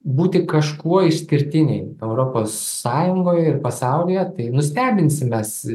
būti kažkuo išskirtiniai europos sąjungoj ir pasaulyje tai nustebinsim mes